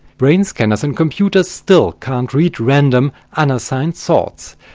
brain scanners and computers still can't read random, unassigned thoughts,